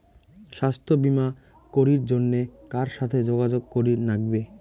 স্বাস্থ্য বিমা করির জন্যে কার সাথে যোগাযোগ করির নাগিবে?